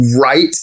right